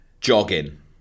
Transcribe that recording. jogging